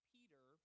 Peter